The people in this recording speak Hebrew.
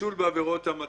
פיצול בעבירות המתה.